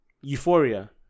euphoria